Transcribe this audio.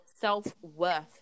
self-worth